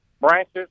branches